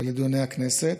ולדיוני הכנסת.